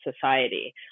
society